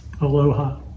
Aloha